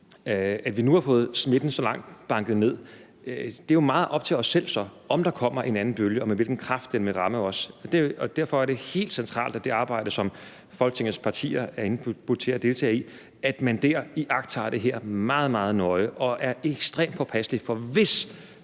når vi nu har fået banket smitten så langt ned, er det jo meget op til os selv, om der kommer en anden bølge, og med hvilken kraft den vil ramme os. Derfor er det helt centralt, at man i det arbejde, som Folketingets partier er indbudt til at deltage i, iagttager det her meget, meget nøje og er ekstremt påpasselig, for hvis